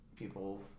People